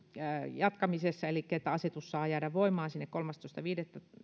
jatkamisessa elikkä että asetus saa jäädä voimaan sinne kolmastoista viidettä